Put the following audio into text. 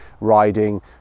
riding